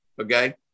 Okay